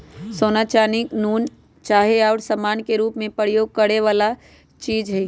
सोना, चानी, नुन, चाह आउरो समान के रूप में प्रयोग करए जाए वला चीज हइ